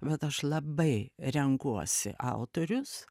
bet aš labai renkuosi autorius